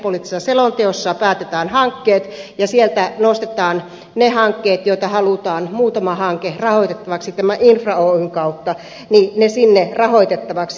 liikennepoliittisessa selonteossa päätetään hankkeet ja sieltä nostetaan ne hankkeet joita halutaan muutama hanke rahoitettavaksi tämän infra oyn kautta ne sinne rahoitettavaksi